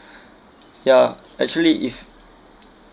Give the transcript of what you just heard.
ya actually if